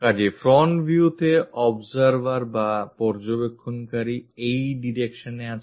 কাজেই front view তে observer বা পর্যবেক্ষণকারি এই direction এ আছে